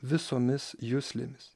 visomis juslėmis